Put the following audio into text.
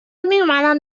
میومدن